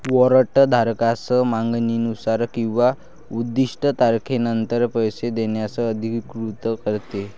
warrant धारकास मागणीनुसार किंवा निर्दिष्ट तारखेनंतर पैसे देण्यास अधिकृत करते